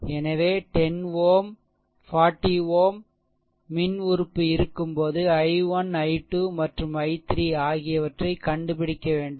எனவே 10 Ω 40 Ω மின் உறுப்பு இருக்கும்போது i1 i2மற்றும் i3ஆகியவற்றைக் கண்டுபிடிக்க வேண்டும்